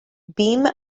beam